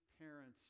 parents